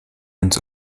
uns